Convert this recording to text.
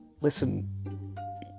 listen